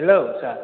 hello sir